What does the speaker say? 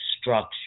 structure